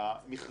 מכרזים,